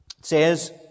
says